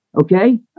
okay